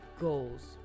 goals